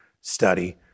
study